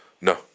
No